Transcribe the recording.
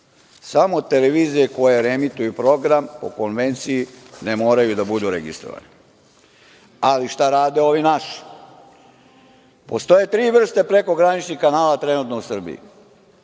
Samo televizije koje reemituju program po konvenciji ne moraju da budu registrovane. Ali, šta rade ovi naši? Postoje tri vrste prekograničnih kanala trenutno u Srbiji.